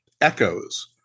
echoes